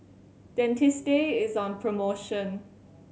Dentiste is on promotion